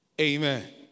Amen